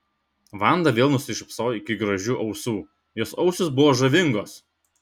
vanda vėl nusišypsojo iki gražių ausų jos ausys buvo žavingos